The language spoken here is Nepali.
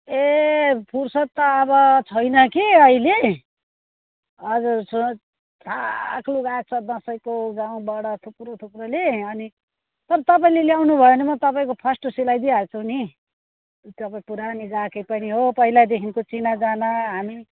ए फुर्सद त अब छैन कि अहिले हजुर थाक लुगा छ दसैँको गाउँबाट थुप्रो थुप्रोले अनि तर तपाईँले ल्याउनु भयो भने म तपाईँको फर्स्ट सिलाई दिहाल्छु नि तपाईँ पुरानो ग्राहक पनि हो पहिला देखिको चिना जाना हामी